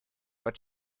but